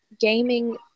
gaming